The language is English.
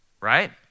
right